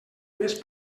més